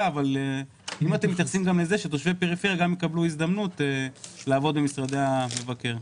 האם אתם נותנים הזדמנות לתושבי פריפריה לעבוד במשרדי המבקר?